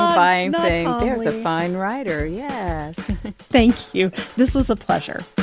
buying, saying there's a fine writer, yes thank you. this was a pleasure